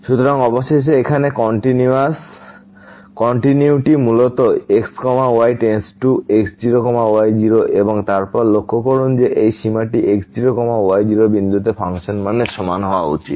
সুতরাং অবশেষে এখানে কন্টিনিউয়িটি মূলত x y→ x0 y0 এবং তারপর লক্ষ্য করুন যে এই সীমাটি x0 y0 বিন্দুতে ফাংশন মানের সমান হওয়া উচিত